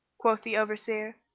quoth the overseer,